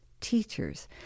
Teachers